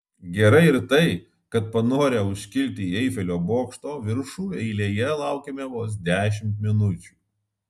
gerai ir tai kad panorę užkilti į eifelio bokšto viršų eilėje laukėme vos dešimt minučių